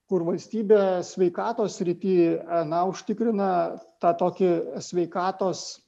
kur valstybė sveikatos srity na užtikrina tą tokį sveikatos